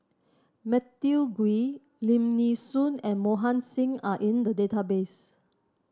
Matthew Ngui Lim Nee Soon and Mohan Singh are in the database